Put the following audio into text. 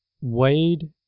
Wade